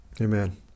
Amen